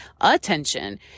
attention